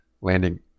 landing